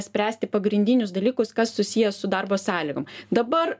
spręsti pagrindinius dalykus kas susiję su darbo sąlygom dabar